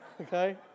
Okay